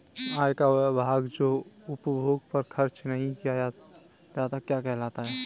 आय का वह भाग जो उपभोग पर खर्च नही किया जाता क्या कहलाता है?